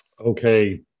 okay